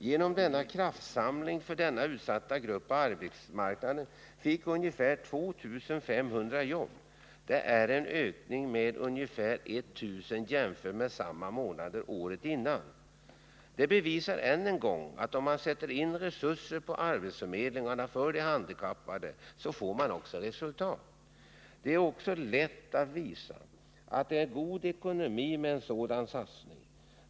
Genom denna kraftsamling för denna utsatta grupp på arbetsmarknaden fick ungefär 2 500 personer jobb. Det är en ökning med ungefär 1000 jämfört med samma månader året innan. Det bevisar än en gång att om man sätter in resurser på arbetsförmedlingarna för de handikappade så får man också resultat. Det är också lätt att visa att det är god ekonomi med en sådan satsning.